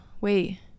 wait